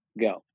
go